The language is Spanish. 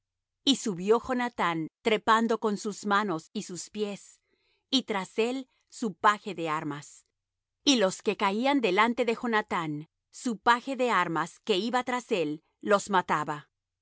y subió jonathán trepando con sus manos y sus pies y tras él su paje de armas y los que caían delante de jonathán su paje de armas que iba tras él los mataba